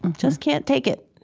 just can't take it,